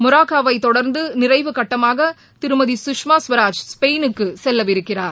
மொராக்காவை தொடர்ந்து நிறைவு கட்டமாக திருமதி கஷ்மா சுவராஜ் ஸ்பெயினுக்கு செல்லவிருக்கிறார்